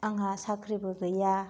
आंहा साख्रिबो गैया